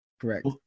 correct